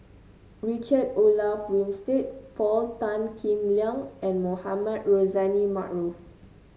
Richard Olaf Winstedt Paul Tan Kim Liang and Mohamed Rozani Maarof